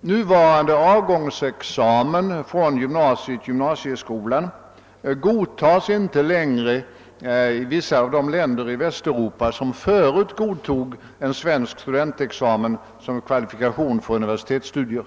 Nuvarande avgångsbetyg från gymnasieskolan godtas inte längre i vissa av de länder i Västeuropa som förut godtog en svensk studentexamen som kvalifikation för universitetsstudier.